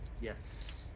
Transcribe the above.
yes